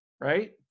right